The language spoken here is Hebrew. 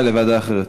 בוועדה, ועדה אחרת?